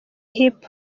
hip